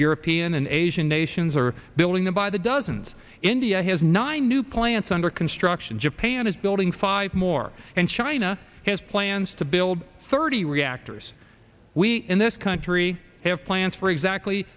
european and asian nations are building the by the dozens india has nine new plants under construction japan is building five more and china has plans to build thirty reactors we in this country have plans for exactly